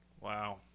Wow